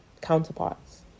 counterparts